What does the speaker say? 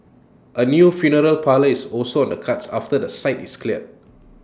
A new funeral parlour is also on the cards after the site is cleared